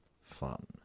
fun